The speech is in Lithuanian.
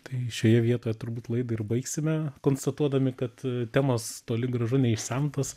tai šioje vietoje turbūt laidą ir baigsime konstatuodami kad temos toli gražu neišsemtos